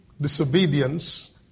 Disobedience